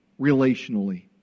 relationally